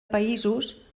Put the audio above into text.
països